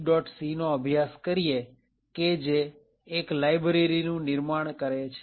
c નો અભ્યાસ કરીએ કે જે એક લાઇબ્રેરી નું નિર્માણ કરે છે